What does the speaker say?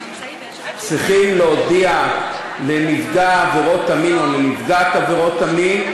צריכים להודיע לנפגע עבירות המין או לנפגעת עבירות המין,